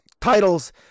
titles